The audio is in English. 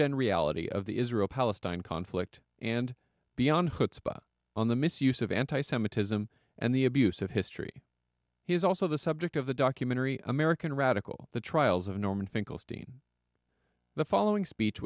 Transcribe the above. and reality of the israel palestine conflict and beyond chutzpah on the misuse of anti semitism and the abuse of history he's also the subject of the documentary american radical the trials of norman finkelstein the following speech